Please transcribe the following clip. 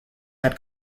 had